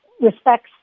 respects